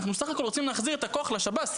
אנחנו סך הכל רוצים להחזיר את הכוח לשב"ס.